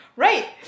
Right